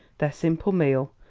their simple meal,